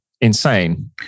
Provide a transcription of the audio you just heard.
insane